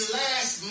last